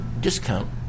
discount